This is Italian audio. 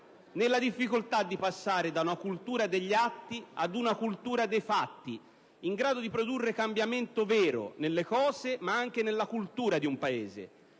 nella difficoltà di passare da una cultura degli atti ad una cultura dei fatti, in grado di produrre cambiamento vero, nelle cose ma anche nella cultura di un Paese.